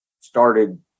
started